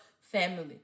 family